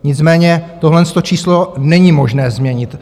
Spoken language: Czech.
Nicméně tohleto číslo není možné změnit.